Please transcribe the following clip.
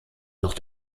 noch